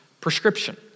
prescription